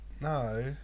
No